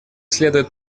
следует